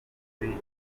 muri